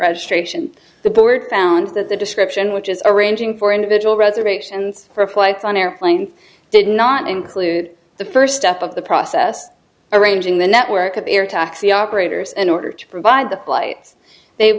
registration the board found that the description which is arranging for individual reservations for flights on airplanes did not include the first step of the process arranging the network of air taxi operators in order to provide the flights they